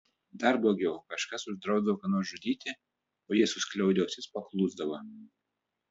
dar blogiau kažkas uždrausdavo ką nors žudyti o jie suskliaudę ausis paklusdavo